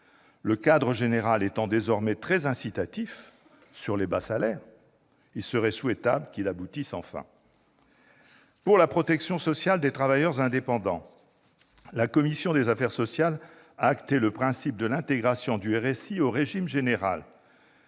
le cadre général étant désormais très incitatif sur les bas salaires, il serait souhaitable qu'elle aboutisse enfin. S'agissant de la protection sociale des travailleurs indépendants, la commission des affaires sociales a pris acte du principe de l'intégration du RSI au régime général,